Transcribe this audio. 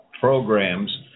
programs